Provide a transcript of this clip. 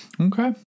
Okay